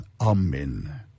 Amen